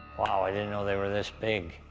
wow, i didn't know they were this big.